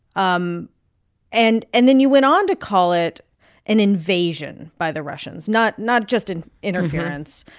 um and and then you went on to call it an invasion by the russians, not not just an interference.